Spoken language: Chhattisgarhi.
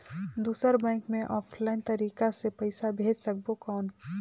दुसर बैंक मे ऑफलाइन तरीका से पइसा भेज सकबो कौन?